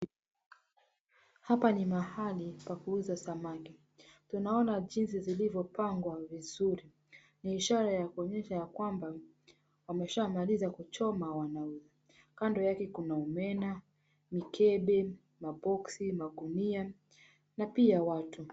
Hapa ni mahali pa kuuza samaki, tunaona jinsi zilizopangwa vizuri ni ishara ya kuonyesha ya kwamba wameshamaliza kuchoma wanauza, kando yake kuna omena mikebe, maboxi, magunia na pia watu.